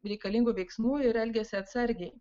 reikalingų veiksmų ir elgiasi atsargiai